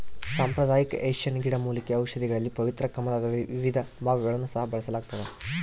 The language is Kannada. ಸಾಂಪ್ರದಾಯಿಕ ಏಷ್ಯನ್ ಗಿಡಮೂಲಿಕೆ ಔಷಧಿಗಳಲ್ಲಿ ಪವಿತ್ರ ಕಮಲದ ವಿವಿಧ ಭಾಗಗಳನ್ನು ಸಹ ಬಳಸಲಾಗ್ತದ